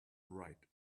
right